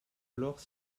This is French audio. alors